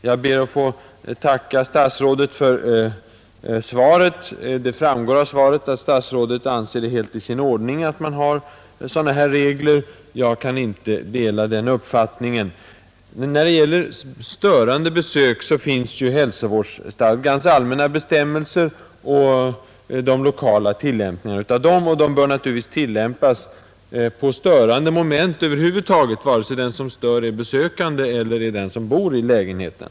Jag ber att få tacka herr statsrådet för svaret på min fråga. Det framgår av det att statsrådet anser det helt i sin ordning att man har regler av detta slag. Jag kan inte dela denna uppfattning. Beträffande störande besök kan man ju följa hälsovårdsstadgans allmänna bestämmelser och de lokala tillämpningarna av dessa. De bör naturligtvis gälla för störande moment över huvud taget, vare sig den som stör är en besökande eller den som bebor lägenheten.